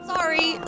Sorry